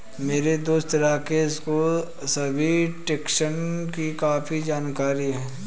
मेरे दोस्त राकेश को सभी टैक्सेस की काफी जानकारी है